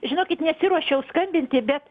žinokit nesiruošiau skambinti bet